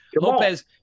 Lopez